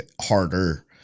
harder